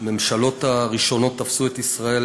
הממשלות הראשונות, תפסו את ישראל